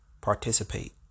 participate